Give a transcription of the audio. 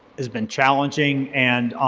has been challenging, and